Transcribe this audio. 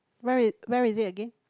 what it what it is again